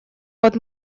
вот